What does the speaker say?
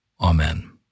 Amen